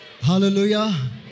Hallelujah